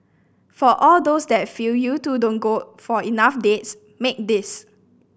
for all those that feel you two don't go for enough dates make this